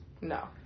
No